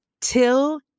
till